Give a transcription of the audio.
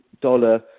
dollar